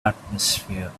atmosphere